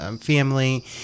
family